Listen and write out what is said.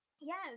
yes